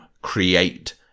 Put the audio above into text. Create